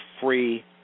free